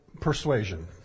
persuasion